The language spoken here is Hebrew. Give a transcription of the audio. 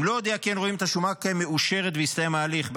אם לא הודיע כן רואים את השומה כמאושרת ומסתיים ההליך.